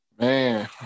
Man